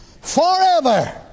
forever